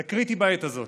זה קריטי בעת הזאת.